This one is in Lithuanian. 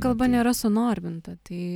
kalba nėra sunorminta tai